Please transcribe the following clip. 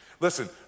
Listen